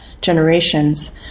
Generations